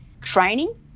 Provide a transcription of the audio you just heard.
training